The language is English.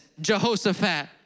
Jehoshaphat